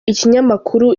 ikinyamakuru